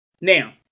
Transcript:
Now